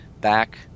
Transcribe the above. back